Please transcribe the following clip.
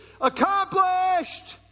accomplished